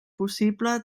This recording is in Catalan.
possible